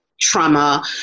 trauma